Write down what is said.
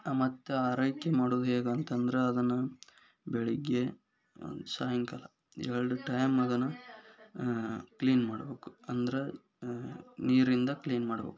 ಮತ್ತು ಆರೈಕೆ ಮಾಡೋದು ಹೇಗಂತಂದ್ರ ಅದನ್ನು ಬೆಳಗ್ಗೆ ಒಂದು ಸಾಯಂಕಾಲ ಎರಡು ಟೈಮ್ ಅದನ್ನು ಕ್ಲೀನ್ ಮಾಡಬೇಕು ಅಂದ್ರೆ ನೀರಿಂದ ಕ್ಲೀನ್ ಮಾಡಬೇಕು